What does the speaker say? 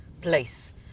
place